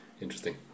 Interesting